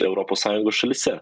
europos sąjungos šalyse